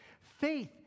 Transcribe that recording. Faith